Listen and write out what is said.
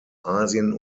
asien